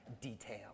detail